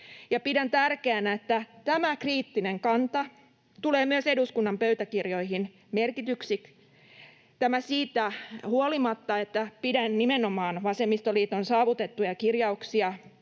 pidän tärkeänä, että tämä kriittinen kanta tulee myös eduskunnan pöytäkirjoihin merkityksi — tämä siitä huolimatta, että pidän nimenomaan vasemmistoliitosta saavutettuja kirjauksia